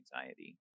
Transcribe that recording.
anxiety